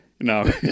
No